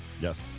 Yes